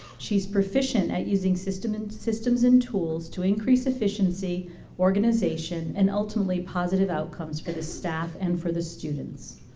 she's proficient at using systems and systems and tools to increase efficiency organization and ultimately positive outcomes for the staff and for the students.